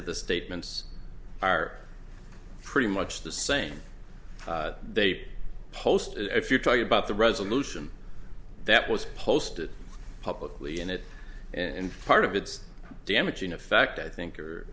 to the statements are pretty much the same they post if you're talking about the resolution that was posted publicly in it and part of its damaging effect i think